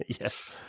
Yes